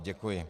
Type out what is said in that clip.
Děkuji.